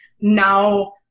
now